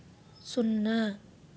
సున్నా